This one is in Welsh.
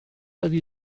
ydy